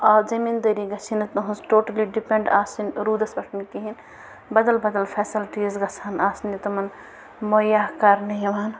آ زٔمیٖن دٲری گَژھہے نہٕ تہنٛز ٹوٹلی ڈِپیٚنڈ آسٕنۍ روٗدس پٮ۪ٹھ نہٕ کِہیٖنۍ بدل بدل فیسلٹیز گژھن آسٕنہِ تِمن مہیا کَرنہٕ یِوان